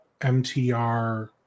MTR